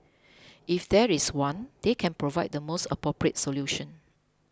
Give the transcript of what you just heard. if there is one they can provide the most appropriate solution